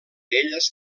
elles